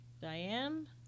diane